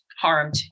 harmed